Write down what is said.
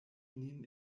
nin